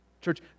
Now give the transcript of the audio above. Church